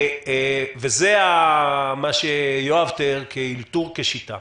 וזה מה שיואב תיאר כאלתור, כשיטה